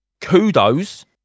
kudos